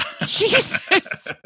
Jesus